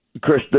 Chris